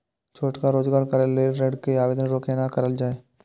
छोटका रोजगार करैक लेल ऋण के आवेदन केना करल जाय?